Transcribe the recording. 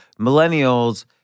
millennials